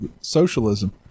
socialism